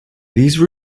these